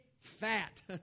fat